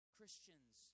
Christians